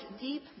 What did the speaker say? deep